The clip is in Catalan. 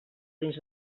dins